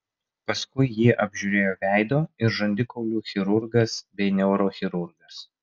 paskui jį apžiūrėjo veido ir žandikaulių chirurgas bei neurochirurgas